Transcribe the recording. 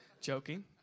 Joking